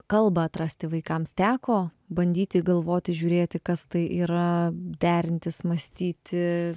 kalbą atrasti vaikams teko bandyti galvoti žiūrėti kas tai yra derintis mąstyti